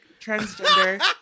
transgender